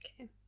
Okay